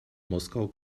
moskau